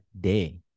day